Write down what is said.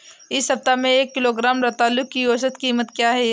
इस सप्ताह में एक किलोग्राम रतालू की औसत कीमत क्या है?